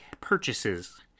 purchases